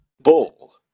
Bull